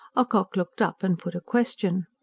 ocock looked up and put a question.